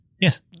Yes